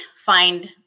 find